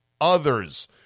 others